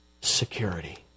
security